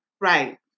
Right